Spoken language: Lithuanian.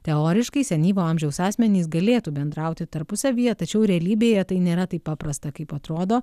teoriškai senyvo amžiaus asmenys galėtų bendrauti tarpusavyje tačiau realybėje tai nėra taip paprasta kaip atrodo